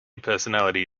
personality